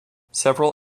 several